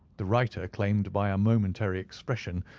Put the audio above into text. the writer claimed by a momentary expression,